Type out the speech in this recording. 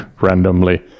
randomly